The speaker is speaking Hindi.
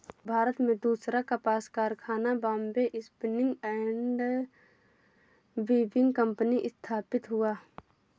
भारत में दूसरा कपास कारखाना Bombay spinning and weaving company स्थापित हुआ